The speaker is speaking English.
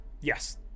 yes